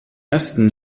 ersten